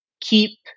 keep